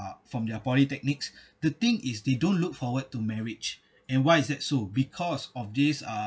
uh from their polytechnics the thing is they don't look forward to marriage and why is that so because of this uh